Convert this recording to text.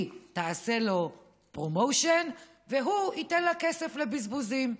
היא תעשה לו פרומושן והוא ייתן לה כסף לבזבוזים.